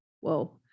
Whoa